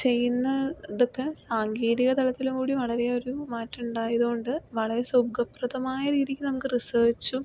ചെയ്യുന്ന ഇതൊക്കെ സാങ്കേതിക തരത്തിലും കൂടി വളരേയൊര് മാറ്റമുണ്ടായത് കൊണ്ട് വളരെ സുഖപ്രദമായ രീതിയിൽ നമുക്ക് റിസേർച്ചും